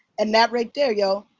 and that right there, yo.